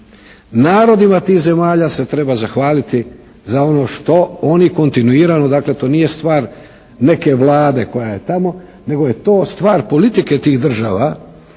Narodima tih zemalja se treba zahvaliti za ono što oni kontinuirano, dakle to nije stvar neke Vlade koja je tamo, nego je to stvar politike tih država.